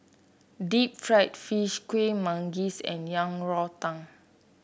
Deep Fried Fish Kuih Manggis and Yang Rou Tang